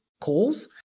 calls